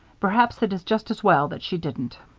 perhaps it is just as well that she didn't.